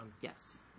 Yes